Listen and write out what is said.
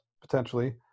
potentially